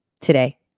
Today